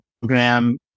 program